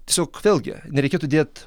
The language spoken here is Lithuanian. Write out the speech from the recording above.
tiesiog vėlgi nereikėtų dėt